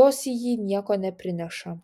jos į jį nieko neprineša